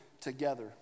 together